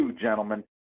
gentlemen